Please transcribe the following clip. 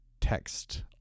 text